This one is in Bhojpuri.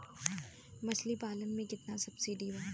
मछली पालन मे केतना सबसिडी बा?